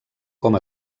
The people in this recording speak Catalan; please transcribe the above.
com